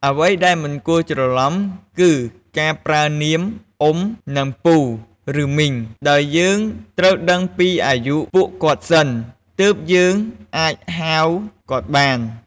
អ្វីដែលមិនគួរច្រឡំគឺ ការប្រើនាម "អ៊ុំ" និង "ពូ ឬ មីង" ដោយយើងត្រូវដឹងពីអាយុពួកគាត់សិន ទើបយើងអាចហៅគាត់បាន។